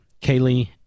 Kaylee